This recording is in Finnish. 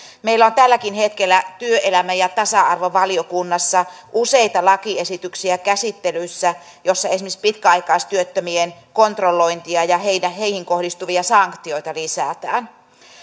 meillä on tälläkin hetkellä työelämä ja tasa arvovaliokunnassa useita lakiesityksiä käsittelyssä joissa esimerkiksi pitkäaikaistyöttömien kontrollointia ja heihin kohdistuvia sanktioita lisätään